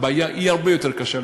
הבעיה היא הרבה יותר קשה,